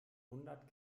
hundert